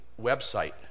website